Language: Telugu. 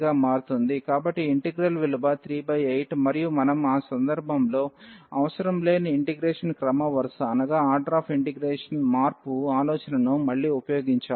కాబట్టి ఈ ఇంటిగ్రల్ విలువ 38 మరియు మనం ఈ సందర్భంలో అవసరం లేని ఇంటిగ్రేషన్ క్రమ వరుస మార్పు ఆలోచనను మళ్లీ ఉపయోగించాము